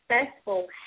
successful